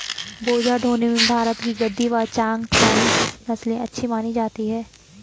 बोझा ढोने में भारत की गद्दी व चांगथागी नस्ले अच्छी मानी जाती हैं